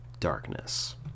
Darkness